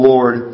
Lord